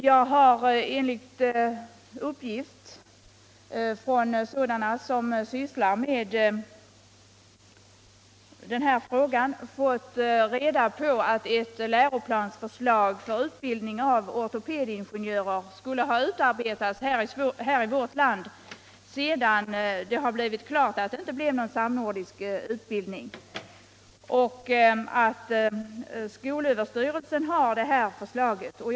Jag har av personer som sysslar med denna fråga fått reda på att ett förslag till läroplan för utbildning av ortopedingenjörer skulle ha utarbetats i vårt land, sedan det stod klart att det inte skulle bli någon samnordisk utbildning. Detta förslag skulle enligt uppgift ligga hos skolöverstyrelsen.